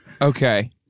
Okay